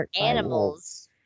animals